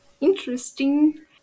interesting